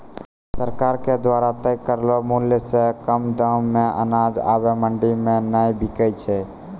सरकार के द्वारा तय करलो मुल्य सॅ कम दाम मॅ अनाज आबॅ मंडी मॅ नाय बिकै छै